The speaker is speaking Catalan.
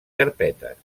carpetes